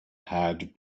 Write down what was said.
had